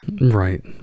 Right